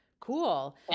Cool